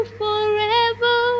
forever